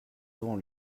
devant